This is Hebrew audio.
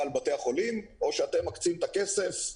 על בתי החולים או שאתם מקצים את הכסף,